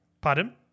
pardon